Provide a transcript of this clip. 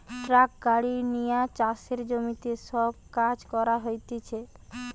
tractor গাড়ি লিয়ে চাষের জমিতে সব কাজ করা হতিছে